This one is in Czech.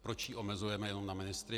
Proč ji omezujeme jenom na ministry?